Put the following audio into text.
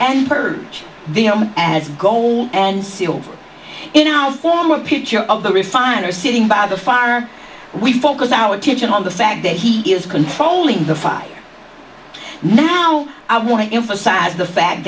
and purge them as gold and silver in our form a picture of the refinery sitting by the fire we focus our attention on the fact that he is controlling the fire now i want to emphasize the fact